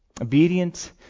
obedient